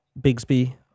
Bigsby